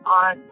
on